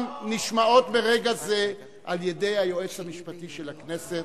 גם נשמעות ברגע זה על-ידי היועץ המשפטי של הכנסת,